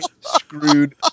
screwed